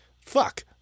fuck